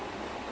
ya